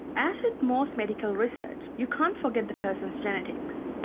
as with most medical research, you can't forget the person's genetics.